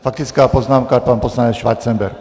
Faktická poznámka pan poslanec Schwarzenberg.